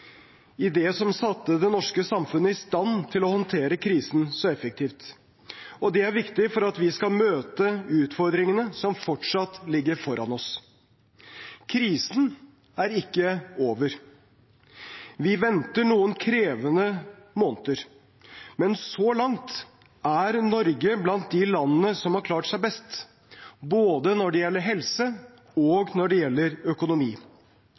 som satte det norske samfunnet i stand til å håndtere krisen så effektivt. Og det er viktig for at vi skal kunne møte utfordringene som fortsatt ligger foran oss. Krisen er ikke over. Vi venter noen krevende måneder. Men så langt er Norge blant de landene som har klart seg best både når det gjelder helse, og når det gjelder økonomi.